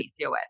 PCOS